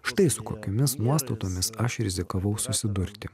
štai su kokiomis nuostatomis aš rizikavau susidurti